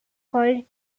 colette